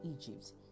egypt